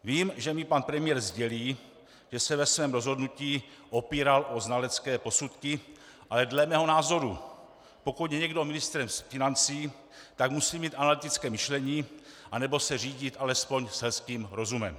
Vím, že mi pan premiér sdělí, že se ve svém rozhodnutí opíral o znalecké posudky, ale dle mého názoru pokud je někdo ministrem financí, tak musí mít analytické myšlení, nebo se řídit alespoň selským rozumem.